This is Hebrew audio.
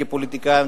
כפוליטיקאים,